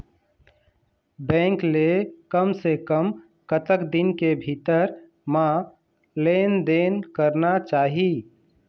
Bank ले कम से कम कतक दिन के भीतर मा लेन देन करना चाही?